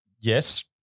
yes